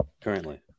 currently